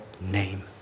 name